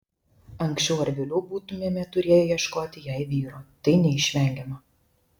anksčiau ar vėliau būtumėme turėję ieškoti jai vyro tai neišvengiama